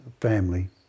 family